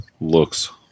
looks